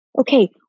Okay